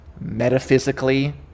metaphysically